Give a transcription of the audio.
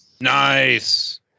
Nice